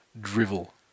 drivel